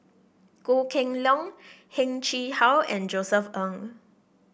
Goh Kheng Long Heng Chee How and Josef Ng